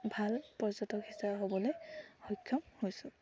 ভাল পৰ্যটক হ'বলৈ সক্ষম হৈছোঁ